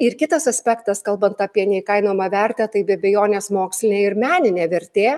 ir kitas aspektas kalbant apie neįkainojamą vertę tai be abejonės mokslinė ir meninė vertė